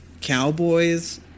Cowboys